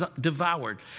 devoured